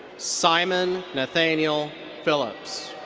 simon nathanael phillips.